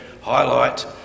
highlight